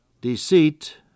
Deceit